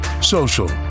Social